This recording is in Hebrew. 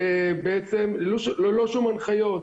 ובעצם ללא שום הנחיות.